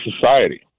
society